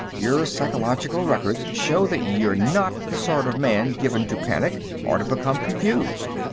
your psychological records show that you're not the sort of man given to panic or to become confused.